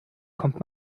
kommt